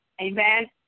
Amen